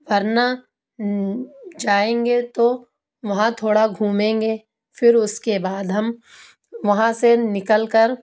ورنہ جائیں گے تو وہاں تھوڑا گھومیں گے پھر اس کے بعد ہم وہاں سے نکل کر